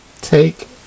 Take